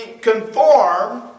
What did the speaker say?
conform